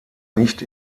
nicht